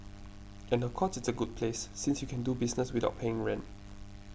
and of course it's a good place since you can do business without paying rent